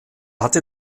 hatte